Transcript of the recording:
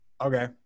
okay